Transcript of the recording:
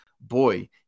boy